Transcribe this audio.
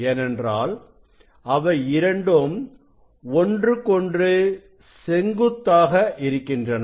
ஏனென்றால் அவை இரண்டும் ஒன்றுக்கொன்று செங்குத்தாக இருக்கின்றன